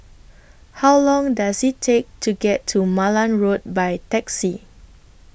How Long Does IT Take to get to Malan Road By Taxi